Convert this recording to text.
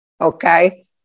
okay